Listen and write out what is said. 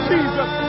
Jesus